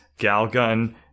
Galgun